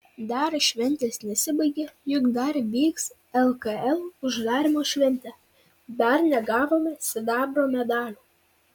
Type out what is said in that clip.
dar šventės nesibaigė juk dar vyks lkl uždarymo šventė dar negavome sidabro medalių